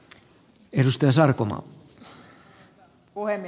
arvoisa puhemies